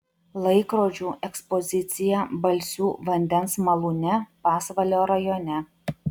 laikrodžių ekspozicija balsių vandens malūne pasvalio rajone